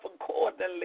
accordingly